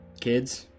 kids